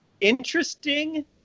interesting